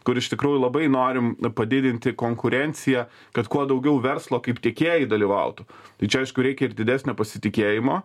kur iš tikrųjų labai norim padidinti konkurenciją kad kuo daugiau verslo kaip tikėjai dalyvautų tai čia aišku reikia ir didesnio pasitikėjimo